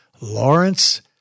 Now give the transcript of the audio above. Lawrence